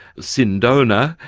sindona,